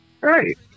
Right